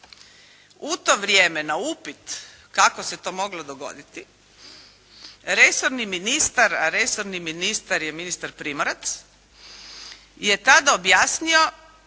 U to vrijeme na upit kako se to moglo dogoditi, resorni ministar, a resorni ministar je ministar Primorac, je tada objasnio